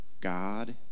God